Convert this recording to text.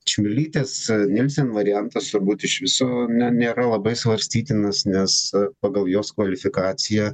čmilytės nielsen variantas turbūt iš viso ne nėra labai svarstytinas nes pagal jos kvalifikaciją